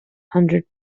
hundred